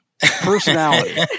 personality